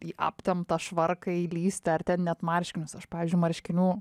į aptemptą švarką įlįsti ar ten net marškinius aš pavyzdžiui marškinių